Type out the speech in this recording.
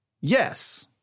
Yes